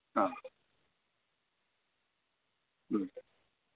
ആ മ്